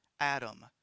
Adam